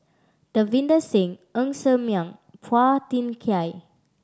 Davinder Singh Ng Ser Miang and Phua Thin Kiay